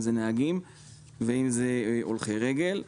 אם אלה נהגים ואם אלה הולכי רגל.